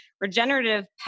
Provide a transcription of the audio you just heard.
regenerative